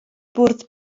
bwrdd